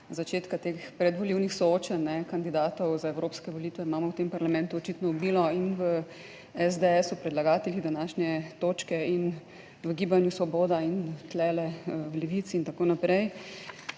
začetka teh predvolilnih soočenj kandidatov za evropske volitve, imamo v tem parlamentu očitno / nerazumljivo/ in v SDS, predlagatelji današnje točke in v Gibanju Svoboda in tukaj v Levici in tako naprej.